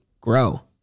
grow